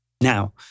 Now